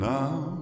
now